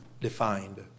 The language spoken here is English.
defined